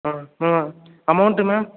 ah ma'am amount ma'am